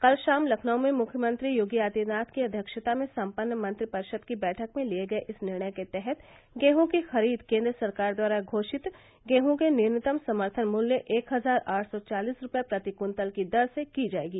कल शाम लखनऊ में मुख्यमंत्री योगी आदित्यनाथ की अध्यक्षता में सम्पन्न मंत्रिपरिषद की बैठक में लिये गये इस निर्णय के तहत गेहूँ की खरीद केन्द्र सरकार द्वारा घोषित गेहूँ के न्यूनतम समर्थन मूल्य एक हज़ार आठ सौ चालीस रूपये प्रति कृत्तल की दर से की जायेगी